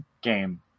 game